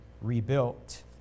rebuilt